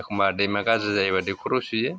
एखनबा दैमा गाज्रि जायोबा दैखराव सुयो